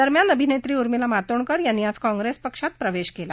दरम्यान अभिनेत्री उर्मिला मातोंडकर यांनी आज काँग्रेस पक्षात प्रवेश केला